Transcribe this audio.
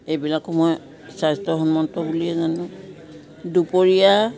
এইবিলাকো মই স্বাস্থ্যসন্মত বুলিয়েই জানো দুপৰীয়া